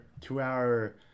two-hour